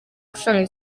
gucuranga